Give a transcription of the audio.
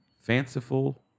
Fanciful